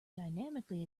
dynamically